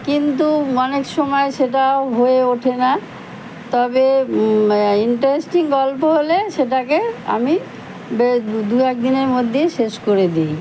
কিন্তু অনেক সময় সেটা হয়ে ওঠে না তবে ইন্টারেস্টিং গল্প হলে সেটাকে আমি দু একদিনের মধ্যে শেষ করে দিই